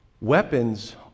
Weapons